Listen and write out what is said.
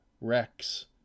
Rex